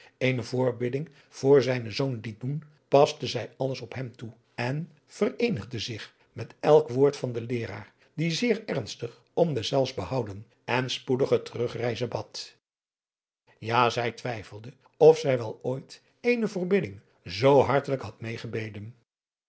eene voorbidding voor zijnen zoon liet doen paste zij alles op hem toe en vereenigde zich met elk woord van den i eeraar die zeer ernstig om deszelfs behouden en spoedige terug reize bad ja zij twijfelde of zij wel ooit eene voorbidding zoo hartelijk had meêgebeden